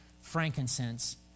frankincense